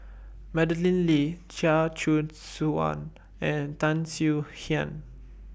Madeleine Lee Chia Choo Suan and Tan Swie Hian